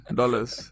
dollars